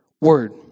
Word